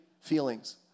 feelings